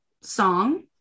song